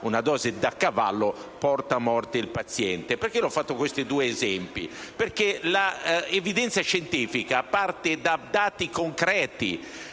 una dose da cavallo porta a morte il paziente. Le ho fatto questi due esempi perché l'evidenza scientifica parte da dati concreti